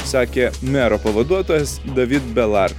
sakė mero pavaduotojas david belar